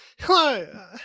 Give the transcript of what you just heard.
hello